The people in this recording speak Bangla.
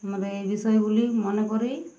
আমাদের এই বিষয়গুলি মনে করি